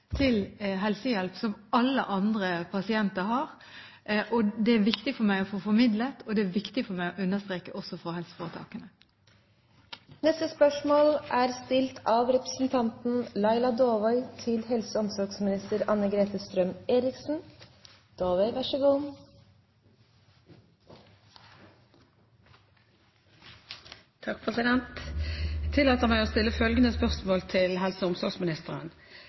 til helsehjelp som den alle andre pasienter har. Det er det viktig for meg å få formidlet, og det er det viktig for meg å understreke også overfor helseforetakene. Jeg tillater meg å stille følgende spørsmål til helse- og omsorgsministeren: